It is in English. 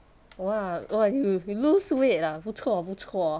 !wah! !wah! you you lose weight ah 不错不错